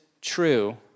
true